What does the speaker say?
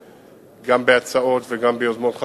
גם אם נותנים לו פיצוי